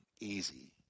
Easy